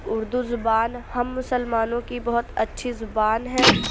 اردو زبان ہم مسلمانوں کی بہت اچھی زبان ہے